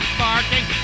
barking